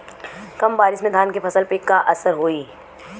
कम बारिश में धान के फसल पे का असर होई?